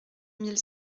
mille